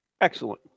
Excellent